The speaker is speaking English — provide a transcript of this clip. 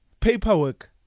paperwork